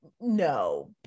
no